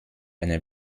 eine